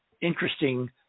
interesting